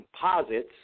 composites